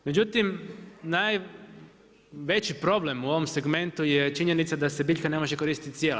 Međutim, najveći problem u ovom segmentu je činjenica da se biljka ne može koristit cijela.